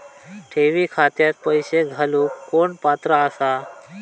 ठेवी खात्यात पैसे घालूक कोण पात्र आसा?